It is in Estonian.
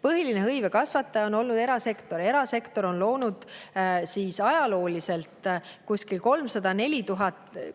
Põhiline hõive kasvataja on olnud erasektor. Erasektor on loonud läbi ajaloo 300–4000